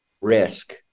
risk